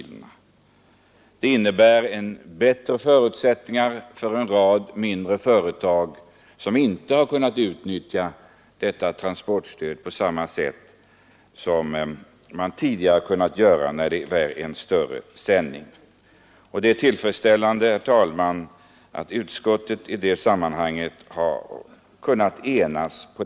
Det innebär större förutsättningar för en rad mindre företag som inte har kunnat utnyttja transportstödet på samma sätt som tidigare vid större sändningar. Det är tillfredsställande, herr talman, att utskottet här har kunnat enas.